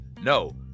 no